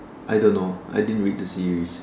I don't know I didn't read the series